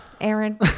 Aaron